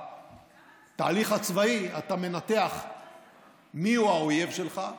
בתהליך הצבאי אתה מנתח מיהו האויב שלך,